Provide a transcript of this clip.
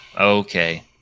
Okay